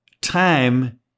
time